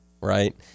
Right